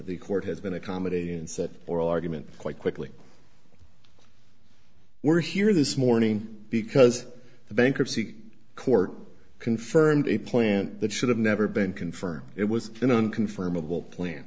the court has been a comedy and said oral argument quite quickly we're here this morning because the bankruptcy court confirmed a plant that should have never been confirmed it was in unconfirmable plan